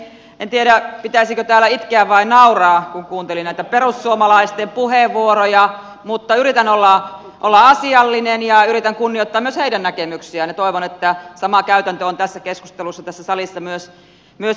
en tiedä pitäisikö täällä itkeä vai nauraa kun kuuntelin näitä perussuomalaisten puheenvuoroja mutta yritän olla asiallinen ja yritän kunnioittaa myös heidän näkemyksiään ja toivon että sama käytäntö on tässä keskustelussa ja tässä salissa myös jatkossa